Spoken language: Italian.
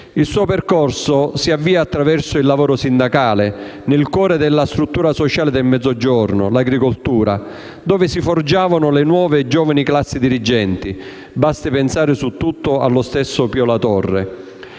Il suo percorso si avvia attraverso il lavoro sindacale nel cuore della struttura sociale del Mezzogiorno, l'agricoltura, dove si forgiavano le giovani classi dirigenti. Basti pensare su tutto allo stesso Pio La Torre.